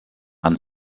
and